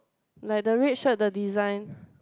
like the red shirt the design